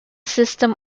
system